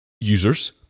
users